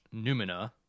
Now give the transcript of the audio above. numina